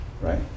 right